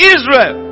Israel